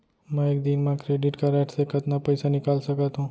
मैं एक दिन म क्रेडिट कारड से कतना पइसा निकाल सकत हो?